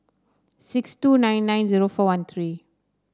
six two nine nine zero four one three